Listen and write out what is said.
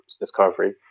discovery